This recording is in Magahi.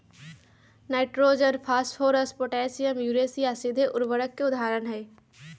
नाइट्रोजन, फास्फोरस, पोटेशियम, यूरिया सीधे उर्वरक के उदाहरण हई